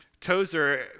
Tozer